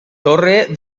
torre